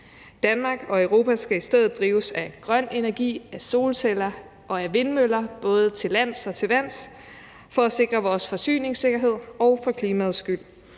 Danmark og Europa skal i stedet drives af grøn energi, af solceller og af vindmøller, både til lands og til vands, for at sikre vores forsyningssikkerhed og for klimaets skyld.